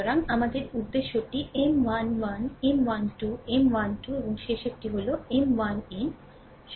সুতরাং আমাদের উদ্দেশ্যটি M 1 1 M 1 2 M 1 2 এবং শেষটি হল M 1n সন্ধান করা